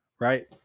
right